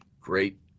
great